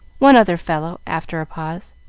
one other fellow, after a pause.